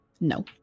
No